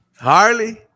Harley